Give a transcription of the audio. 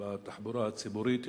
בתחבורה הציבורית,